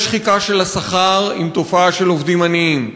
יש שחיקה של השכר, עם תופעה של עובדים עניים,